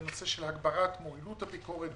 זה הנושא של הגברת מועילות הביקורת,